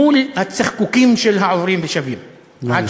מול הצחקוקים של העוברים ושבים, נא לסיים.